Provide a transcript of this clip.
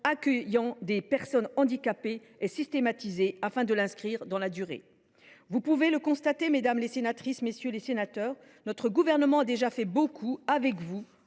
accueillant des personnes handicapées et systématisée, afin de l’inscrire dans la durée. Vous pouvez le constater, mesdames, messieurs les sénateurs, notre gouvernement a déjà fait beaucoup, avec vous,